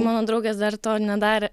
mano draugės dar to nedarė